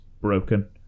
broken